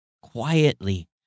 Quietly